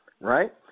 Right